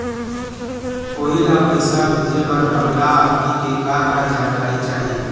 कोई ला पैसा भेजे बर अगला आदमी के का का जानकारी चाही?